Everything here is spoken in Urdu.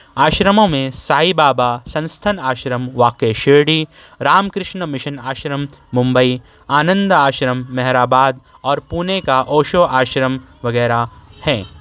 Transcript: آشرموں میں سائی بابا سنستھن آشرم واقع شرڈی رام کرشن مشن آشرم ممبئی آنند آشرم مہراباد اور پونے کا اوشو آشرم وغیرہ ہیں